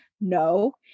No